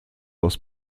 aus